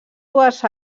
dues